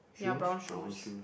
ya brown shoes